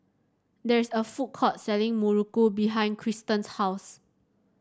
there is a food court selling muruku behind Kristan's house